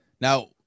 Now